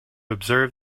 observe